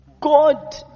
God